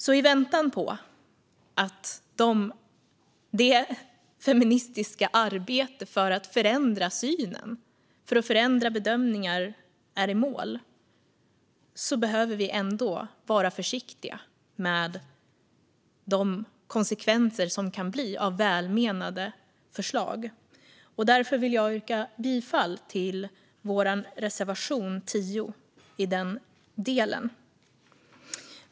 I väntan på att det feministiska arbetet för att förändra synen och bedömningarna går i mål behöver vi vara försiktiga med de konsekvenser som kan bli av välmenande förslag, och därför vill jag yrka bifall till reservation 10 i den delen.